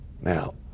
now